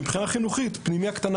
שמבחינה חינוכית בפנימייה קטנה,